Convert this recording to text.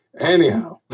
Anyhow